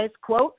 quote